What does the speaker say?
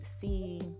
see